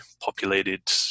populated